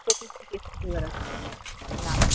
চতুর্দিকে ছুটে বেড়াচ্ছে নাঃ